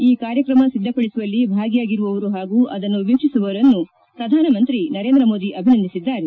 ಈ ಕಾರ್ಯಕ್ರಮ ಸಿದ್ದಪಡಿಸುವಲ್ಲಿ ಭಾಗಿಯಾಗಿರುವವರು ಹಾಗೂ ಅದನ್ನು ವೀಕ್ಷಿಸುವವರನ್ನು ಪ್ರಧಾನಮಂತ್ರಿ ಮೋದಿ ಅಭಿನಂದಿಸಿದ್ದಾರೆ